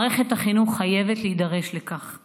מערכת החינוך חייבת להידרש לכך.